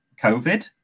COVID